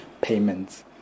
payments